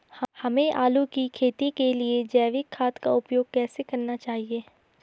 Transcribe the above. हमें आलू की खेती करने के लिए जैविक खाद का उपयोग कैसे करना चाहिए?